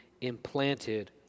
implanted